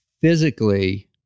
physically